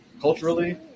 culturally